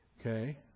Okay